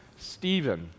Stephen